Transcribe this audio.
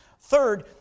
Third